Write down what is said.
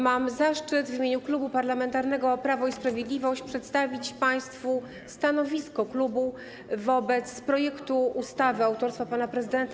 Mam zaszczyt w imieniu Klubu Parlamentarnego Prawo i Sprawiedliwość przedstawić państwu stanowisko klubu wobec projektu ustawy autorstwa pana prezydenta